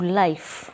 life